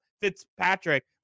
Fitzpatrick